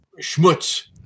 schmutz